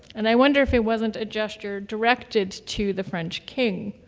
and i wonder if it wasn't a gesture directed to the french king.